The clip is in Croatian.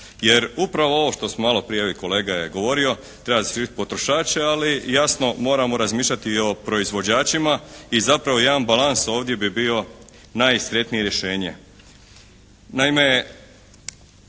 jer upravo ovo što smo maloprije, evo i kolega je govorio, treba zaštititi potrošače ali jasno moramo razmišljati o proizvođačima i zapravo jedan balans ovdje bi bio najsretnije rješenje.